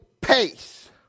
pace